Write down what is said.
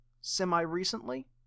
semi-recently